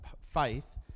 faith